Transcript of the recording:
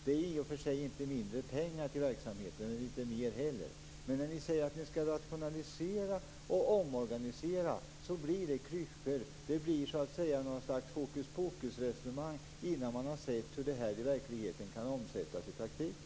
Det ger i och för sig inte mindre pengar till verksamheten men inte mer heller. Men när ni säger att ni skall rationalisera och omorganisera blir det klyschor. Det blir något slags hokuspokusresonemang innan man har sett hur detta kan omsättas i praktiken.